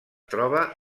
troba